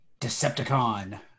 Decepticon